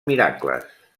miracles